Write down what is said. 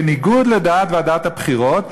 בניגוד לדעת ועדת הבחירות,